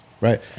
Right